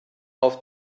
auf